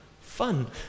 fun